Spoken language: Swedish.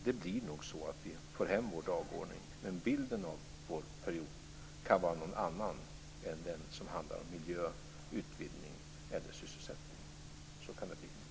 Det blir nog så att vi får hem vår dagordning, men bilden av vår period kan vara någon annan än den som handlar om miljö, utvidgning eller sysselsättning. Så kan det bli.